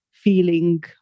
feeling